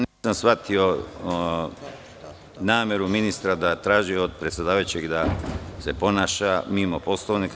Nisam shvatio nameru ministra da traži od predsedavajućeg da se ponaša mimo Poslovnika.